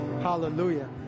Hallelujah